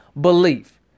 belief